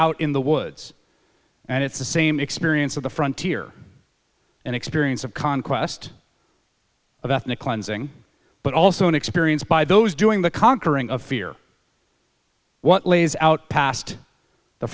out in the woods and it's the same experience of the frontier an experience of conquest of ethnic cleansing but also an experience by those doing the conquering of fear what lays out past the